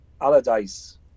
Allardyce